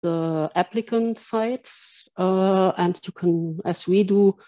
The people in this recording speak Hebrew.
applicant sites ואתם יכולים כמו שאנחנו